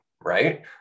right